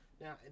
Now